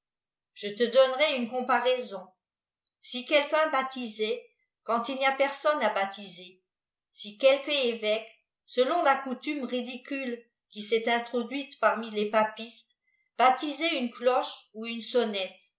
je te donnerai une comparaison si quelqu'un baptisait quand il n'y a personne à baptiser si quelque évéque selon la coutume ridicule qui s'est introduite parmi les papistes baptisait une cloche ou une sonnette